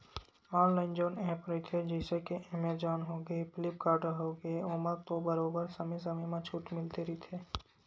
online जउन app रहिथे जइसे के एमेजॉन होगे, फ्लिपकार्ट होगे ओमा तो बरोबर समे समे म छूट मिलते रहिथे